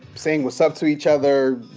saying, what's up? to each other,